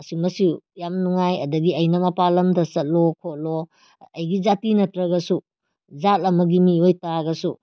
ꯑꯁꯤꯃꯁꯨ ꯌꯥꯝꯅ ꯅꯨꯡꯉꯥꯏ ꯑꯗꯒꯤ ꯑꯩꯅ ꯃꯄꯥꯟ ꯂꯝꯗ ꯆꯠꯂꯣ ꯈꯣꯠꯂꯣ ꯑꯩꯒꯤ ꯖꯥꯇꯤ ꯅꯠꯇ꯭ꯔꯒꯁꯨ ꯖꯥꯠ ꯑꯃꯒꯤ ꯃꯤ ꯑꯣꯏꯇꯥꯔꯒꯁꯨ